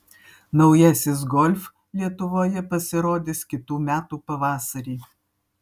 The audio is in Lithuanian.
naujasis golf lietuvoje pasirodys kitų metų pavasarį